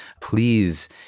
Please